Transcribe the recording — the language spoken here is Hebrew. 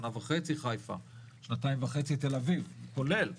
שנה וחצי חיפה, שנתיים וחצי תל אביב, כולל דיור,